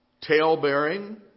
tail-bearing